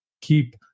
keep